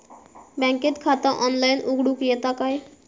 बँकेत खाता ऑनलाइन उघडूक येता काय?